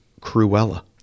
Cruella